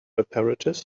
apparatus